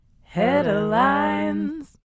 Headlines